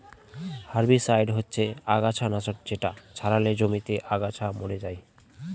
herbicide হচ্ছে আগাছা নাশক যেটা ছড়ালে জমিতে আগাছা মরে যায়